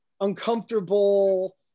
uncomfortable